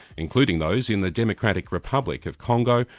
including those in the democratic republic of congo,